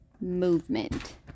movement